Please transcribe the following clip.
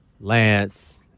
Lance